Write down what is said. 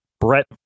Brett